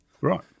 Right